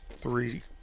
three